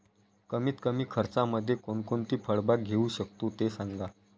कमीत कमी खर्चामध्ये कोणकोणती फळबाग घेऊ शकतो ते सांगा